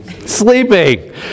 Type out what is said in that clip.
sleeping